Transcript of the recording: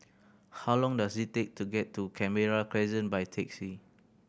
how long does it take to get to Canberra Crescent by taxi